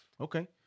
Okay